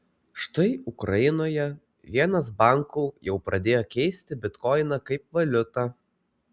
štai ukrainoje vienas bankų jau pradėjo keisti bitkoiną kaip valiutą